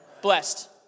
Blessed